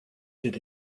did